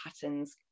patterns